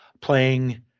playing